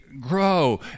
grow